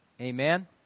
Amen